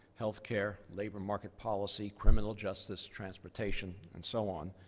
health care, labor market policy, criminal justice, transportation, and so on.